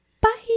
bye